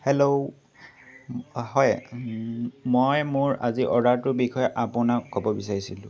hello হয় মই মোৰ আজি অৰ্ডাৰটোৰ বিষয়ে আপোনাক ক'ব বিচাৰিছিলোঁ